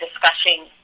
discussing